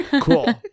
cool